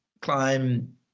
climb